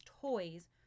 toys